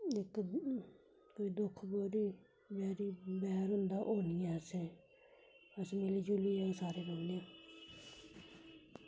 लेकिन कोई दुक्ख बैरी बैरी बैर होंदा ओह् नी ऐ असें अस मिली जुलियै अस सारे रौह्न्ने आं